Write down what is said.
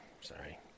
sorry